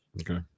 Okay